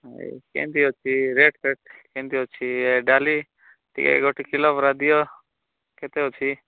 କେମିତି ଅଛି ରେଟ୍ ଫେଟ୍ କେମିତି ଅଛି ଡାଲି ଟିକେ ଗୋଟେ କିଲୋ ପରା ଦିଅ କେତେ ଅଛି